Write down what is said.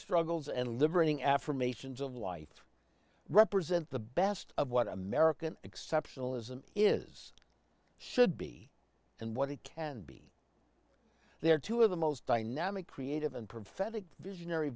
struggles and liberating affirmations of life represent the best of what american exceptionalism is should be and what it can be they are two of the most dynamic creative and prophetic visionary